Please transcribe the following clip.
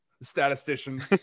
statistician